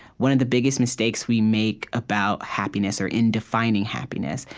one of the biggest mistakes we make about happiness, or in defining happiness,